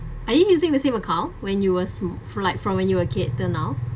are you using the same account when you were small for like from when you're a kid till now